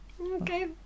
Okay